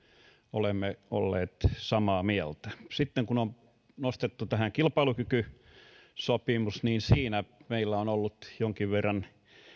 olemme olleet samaa mieltä sitten kun on nostettu tähän kilpailukykysopimus niin siinä meillä on ollut jonkin verran